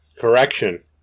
Correction